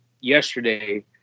yesterday